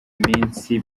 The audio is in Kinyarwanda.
minsi